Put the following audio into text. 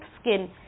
skin